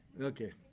okay